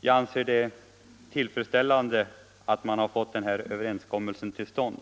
Jag anser det tillfredsställande att man fått denna överenskommelse till stånd.